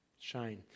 Shine